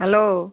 hello